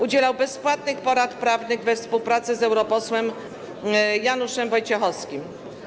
Udzielał bezpłatnych porad prawnych we współpracy z europosłem Januszem Wojciechowskim.